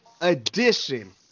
edition